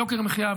יוקר המחיה,